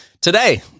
Today